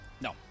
No